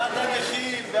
בעד הנכים.